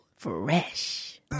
fresh